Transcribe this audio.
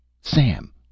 Sam